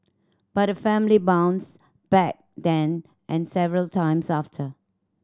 but the family bounced back then and several times after